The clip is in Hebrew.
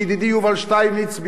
שידידי יובל שטייניץ,